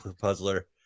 Puzzler